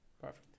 perfect